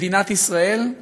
מדינת ישראל,